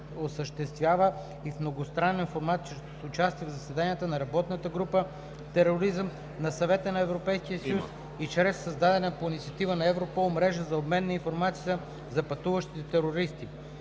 осъществява и в многостранен формат чрез участие в заседанията на Работната група „Тероризъм“ на Съвета на Европейския съюз и чрез създадената по инициатива на Европол мрежа за обмен на информация за пътуващи терористи.